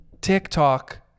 TikTok